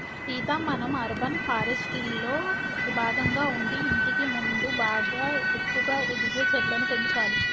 సీత మనం అర్బన్ ఫారెస్ట్రీలో భాగంగా ఉండి ఇంటికి ముందు బాగా ఎత్తుగా ఎదిగే చెట్లను పెంచాలి